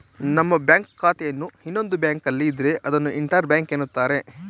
ನಮ್ಮ ಬ್ಯಾಂಕ್ ಖಾತೆಯನ್ನು ಇನ್ನೊಂದು ಬ್ಯಾಂಕ್ನಲ್ಲಿ ಇದ್ರೆ ಅದನ್ನು ಇಂಟರ್ ಬ್ಯಾಂಕ್ ಎನ್ನುತ್ತಾರೆ